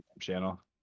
channel